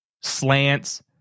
slants